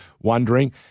wondering